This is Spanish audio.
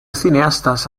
cineastas